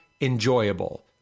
enjoyable